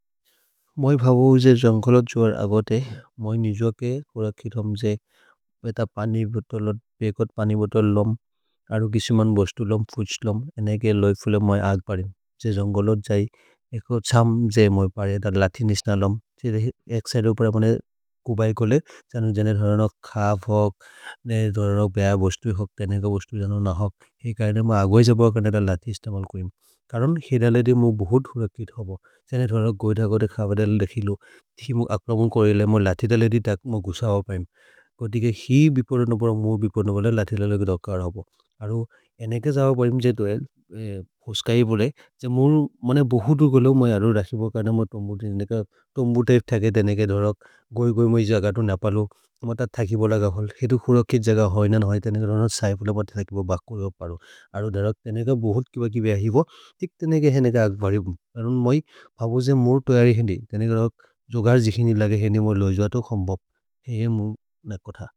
मोइ भवौ जे जन्ग्गलत् जोअर् अगते मोइ निजो के कुर कितम् जे बेत पनि बोतोलत् पेकत् पनि बोतोल् लोम् अरु। किसि मन् बोस्तु लोम् फुज्त् लोम् एनेके लोइफुले मोइ अग् परेम् जे जन्ग्गलत् जै एको छम् जे मोइ परेम् दर् लति। निस्न लोम् से एक् सिदे उपर् कुबैकोले जनु जनु धरनक् खप् होक् ने धरनक् बेह बोस्तु होक् तेनेक बोस्तु जनु नहोक् हेइ। कर्ने मोइ अगोहे जभौ कर्ने एक लति इस्तमल् कोइम् करन् खेदलेदि मोइ बोहोत् थुर। कितबो जनु धरनक् गोइथकोदे खपदल देखिलो थि मोइ अग्परमोन् कोरेले। मोइ लति तलेदि तक् मोइ गुसहौ पैम् को तिगे ही। भिपरनपर मोइ बिपरनपर लति तलेदि धोक्कर् हौपो अरु एनेके। जभौ परेम् जे दोएल् भोस्क ही बोले छे मोइ मन्ने। ओहोत् उ गोलोग् मोइ अरु रसिबो कर्ने मोइ तोम्बु तेनेक तोम्बु त्य्पे थेके तेनेके। धरनक् गोइ गोइ मोइ जगतु न पलु उमत थकि। भोल गहोल् हितु खुरकित् जग होज्नन् होइ तेनेक धरनक् सहिपोल मति। थकिबो बको जो परो अरु धरनक् तेनेक। भोहोत् किब कि बेहहिबो तिक् तेनेके हेनेक अग्परमोन् अरुन् मोइ भबो जे मोइ। तोयरि हिन्दि तेनेक धर्क् जोगर् जिखिनि लगे। हिन्दि मोइ लोइजुअतो खम्बब् हेइ मो न कोथ।